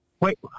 Wait